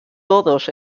todos